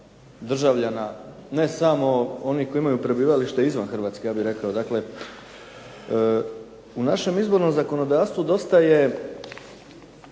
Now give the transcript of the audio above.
državljana ne samo onih koji imaju prebivalište izvan Hrvatske ja bih rekao. Dakle, u našem izbornom zakonodavstvu dosta je